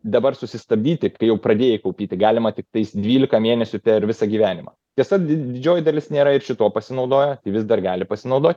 dabar susistabdyti kai jau pradėjai taupyti galima tik tais dvylika mėnesių per visą gyvenimą tiesa didžioji dalis nėra šituo pasinaudoję vis dar gali pasinaudoti